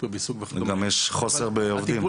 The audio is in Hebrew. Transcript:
ריפוי בעיסוק וכדומה --- גם יש חוסר בעובדים.